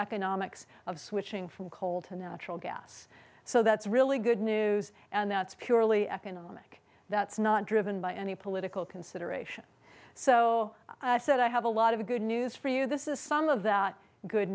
economics of switching from coal to natural gas so that's really good news and that's purely economic that's not driven by any political consideration so i said i have a lot of good news for you this is some of that good